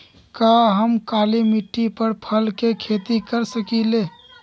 का हम काली मिट्टी पर फल के खेती कर सकिले?